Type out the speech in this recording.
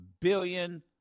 Billion